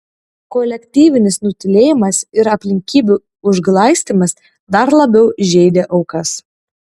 kolektyvinis nutylėjimas ir aplinkybių užglaistymas dar labiau žeidė aukas